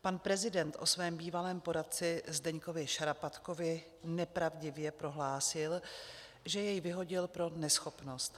Pan prezident o svém bývalém poradci Zdeňkovi Šarapatkovi nepravdivě prohlásil, že jej vyhodil pro neschopnost.